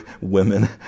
women